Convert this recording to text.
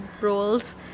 roles